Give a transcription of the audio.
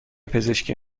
پزشکی